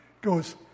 goes